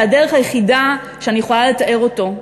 שהדרך היחידה שאני יכולה לתאר אותו,